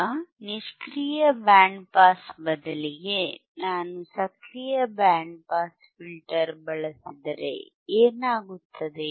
ಈಗ ನಿಷ್ಕ್ರಿಯ band pass ಬದಲಿಗೆ ನಾನು ಸಕ್ರಿಯ ಬ್ಯಾಂಡ್ ಪಾಸ್ ಫಿಲ್ಟರ್ ಅನ್ನು ಬಳಸಿದರೆ ಏನಾಗುತ್ತದೆ